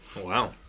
Wow